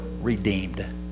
redeemed